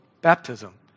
baptism